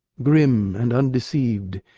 grim, and undeceived,